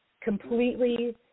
completely